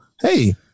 hey